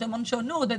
יש המון שונות.